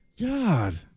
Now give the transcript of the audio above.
God